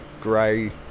grey